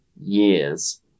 years